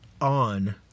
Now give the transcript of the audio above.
on